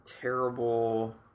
terrible